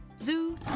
Zoo